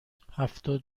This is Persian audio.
هفتاد